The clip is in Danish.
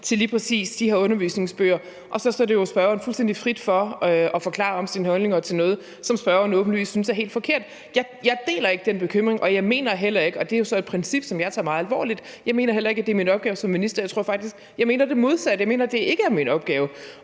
til lige præcis de her undervisningsbøger, og så står det jo spørgeren fuldstændig frit for at forklare sine holdninger om noget, som spørgeren åbenlyst synes er helt forkert. Jeg deler ikke den bekymring, og jeg mener heller ikke – og det er jo så et princip, som jeg tager meget alvorligt – at det er min opgave som minister. Jeg mener faktisk det modsatte: Jeg mener, at det ikke er min opgave